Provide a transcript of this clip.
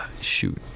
Shoot